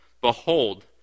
Behold